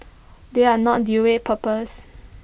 they are not dual purpose